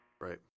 Right